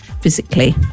physically